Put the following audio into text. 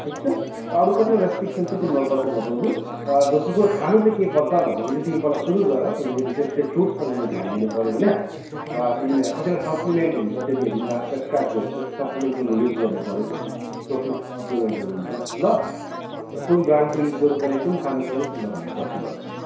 ठिक छ अरू कतिवटा रेस्ट्रिक्सन छ तिमीलाई म पछि बताउँछु र दोस्रो कुरो खानु चाहिँ के पर्छ भन्दाखेरि चाहिँ तिमी पहिला सुरु गर तिमीले विशेष चाहिँ फ्रुट्समा तिमीले ध्यान दिनुपर्यो होइन र तिमीले यहाँ कतिवटा सप्लिमेन्ट हुन्छ त्यो चाहिँ हामीलाई प्रिस्क्राइब गर्छु सप्लिमेन्ट तिमीले युज गर्नुपर्यो प्रोटिन सप्लिमेन्टहरू हुन्छ ल र कुन ब्रान्डको युज गर्नुपर्ने कुन खानुपर्ने तिमीलाई भाइ म पछि भन्छु